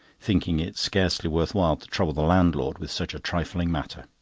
thinking it scarcely worth while to trouble the landlord with such a trifling matter.